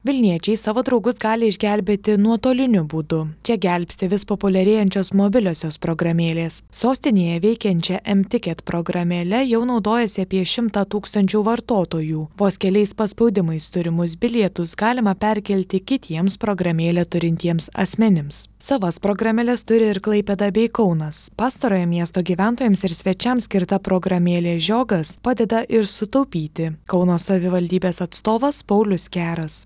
vilniečiai savo draugus gali išgelbėti nuotoliniu būdu čia gelbsti vis populiarėjančios mobiliosios programėlės sostinėje veikiančia em tiket programėle jau naudojasi apie šimtą tūkstančių vartotojų vos keliais paspaudimais turimus bilietus galima perkelti kitiems programėlę turintiems asmenims savas programėles turi ir klaipėda bei kaunas pastarojo miesto gyventojams ir svečiams skirta programėlė žiogas padeda ir sutaupyti kauno savivaldybės atstovas paulius keras